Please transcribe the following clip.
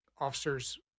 officers